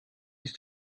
ist